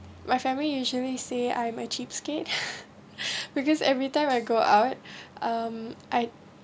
my family usually say I'm a cheapskate because every time I go out um I